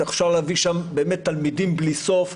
אפשר להביא לשם באמת תלמידים בלי סוף,